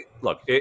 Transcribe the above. Look